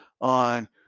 on